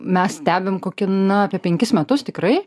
mes stebim kokį na apie penkis metus tikrai